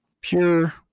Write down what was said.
pure –